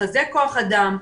לחזק כוח אדם,